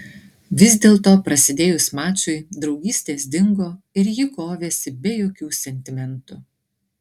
vis dėlto prasidėjus mačui draugystės dingo ir ji kovėsi be jokių sentimentų